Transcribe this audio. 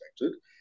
expected